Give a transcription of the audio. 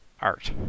Art